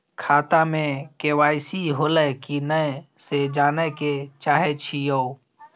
खाता में के.वाई.सी होलै की नय से जानय के चाहेछि यो?